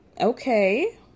okay